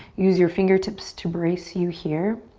use your fingertips to brace you here.